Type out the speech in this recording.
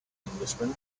englishman